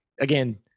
again